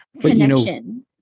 connection